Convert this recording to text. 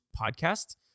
podcast